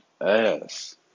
ass